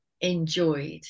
enjoyed